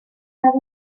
have